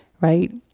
right